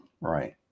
right